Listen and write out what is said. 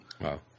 Wow